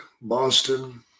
Boston